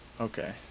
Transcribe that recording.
Okay